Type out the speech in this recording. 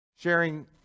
sharing